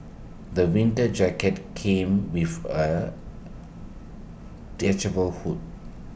the winter jacket came with A detachable hood